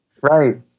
Right